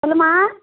சொல்லும்மா